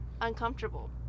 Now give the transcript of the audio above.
uncomfortable